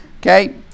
Okay